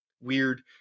weird